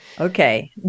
Okay